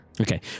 Okay